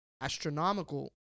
astronomical